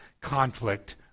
conflict